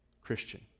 Christian